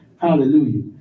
Hallelujah